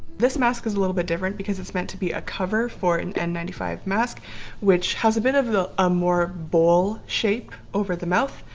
this mask is a little bit different because it's meant to be a cover for an n nine five mask which has a bit of a more bowl shape over the mouth,